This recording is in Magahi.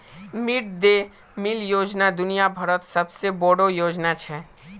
मिड दे मील योजना दुनिया भरत सबसे बोडो योजना छे